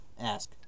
ask